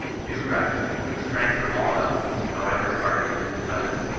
do righty refrain from all else, however ardently desired.